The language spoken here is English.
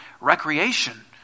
recreation